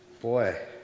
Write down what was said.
Boy